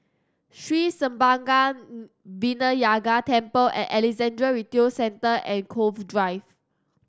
Sri Senpaga Vinayagar Temple Alexandra Retail Centre and Cove Drive